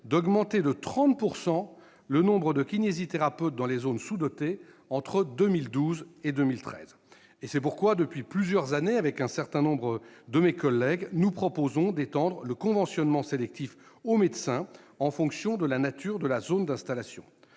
d'augmenter de 30 % le nombre de kinésithérapeutes dans les zones sous-dotées entre 2012 et 2013. C'est pourquoi, depuis plusieurs années, un certain nombre de mes collègues et moi-même proposons d'étendre le conventionnement sélectif aux médecins, en fonction de la nature des zones d'installation.